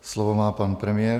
Slovo má pan premiér.